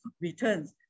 returns